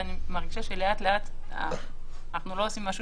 ואני מרגישה שלאט לאט אנחנו לא עושים משהו